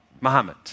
Muhammad